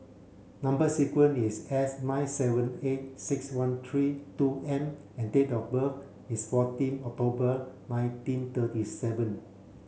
number sequence is S nine seven eight six one three two M and date of birth is fourteen October nineteen thirty seven